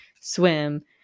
swim